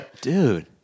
dude